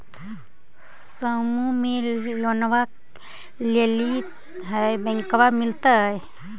समुह मे लोनवा लेलिऐ है बैंकवा मिलतै?